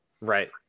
right